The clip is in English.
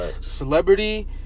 celebrity